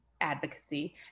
advocacy